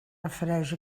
refereix